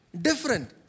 different